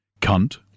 cunt